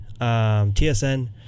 TSN